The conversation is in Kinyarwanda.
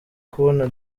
kubona